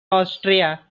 austria